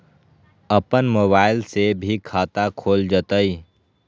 अपन मोबाइल से भी खाता खोल जताईं?